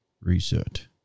reset